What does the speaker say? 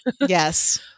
Yes